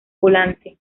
volante